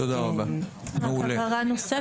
מעולה.